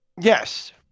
yes